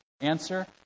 Answer